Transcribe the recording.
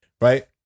Right